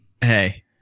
Hey